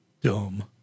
Dumb